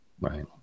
Right